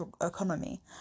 economy